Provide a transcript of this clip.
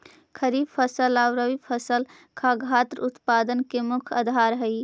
खरीफ फसल आउ रबी फसल खाद्यान्न उत्पादन के मुख्य आधार हइ